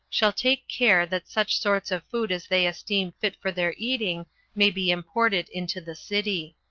shall take care that such sorts of food as they esteem fit for their eating may be imported into the city.